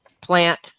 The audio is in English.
plant